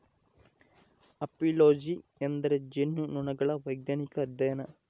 apiology ಎಂದರೆ ಜೇನುನೊಣಗಳ ವೈಜ್ಞಾನಿಕ ಅಧ್ಯಯನ